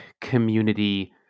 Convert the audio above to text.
community